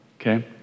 Okay